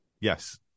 Yes